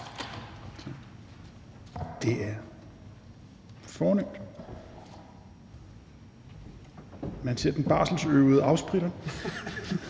herop nu. Man ser den barselsøvede afspritter